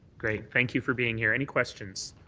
great. thank you for being here. any questions.